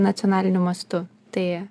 nacionaliniu mastu tai